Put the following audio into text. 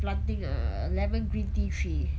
planting a lemon green tea tree